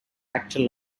acted